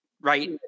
right